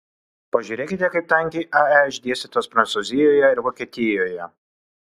pažiūrėkite kaip tankiai ae išdėstytos prancūzijoje ir vokietijoje